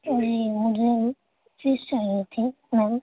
ہاں جی مجھے فش چاہیے تھی میم